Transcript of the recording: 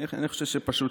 זה נעצר.